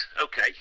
Okay